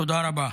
תודה רבה.